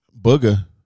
Booger